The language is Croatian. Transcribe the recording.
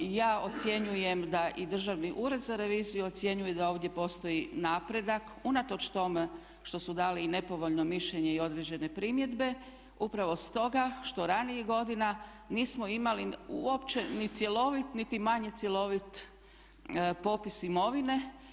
Ja ocjenjujem da i Državni ured za reviziju ocjenjuje da ovdje postoji napredak unatoč tome što su dali i nepovoljno mišljenje i određene primjedbe upravo stoga što ranijih godina nismo imali uopće ni cjelovit niti manje cjelovit popis imovine.